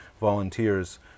volunteers